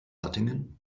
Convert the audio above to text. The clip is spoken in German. hattingen